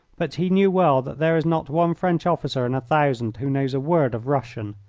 but he knew well that there is not one french officer in a thousand who knows a word of russian.